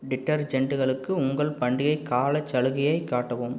டிடர்ஜெண்ட்களுக்கு உங்கள் பண்டிகைக் காலச் சலுகையை காட்டவும்